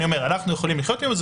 אני אומר: אנחנו יכולים לחיות עם זה,